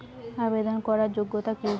আবেদন করার যোগ্যতা কি?